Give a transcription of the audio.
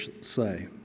say